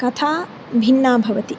कथा भिन्ना भवति